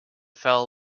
fell